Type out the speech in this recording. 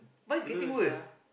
mine getting worse